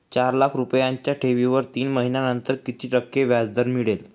चार लाख रुपयांच्या ठेवीवर तीन महिन्यांसाठी किती टक्के व्याजदर मिळेल?